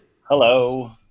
Hello